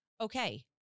okay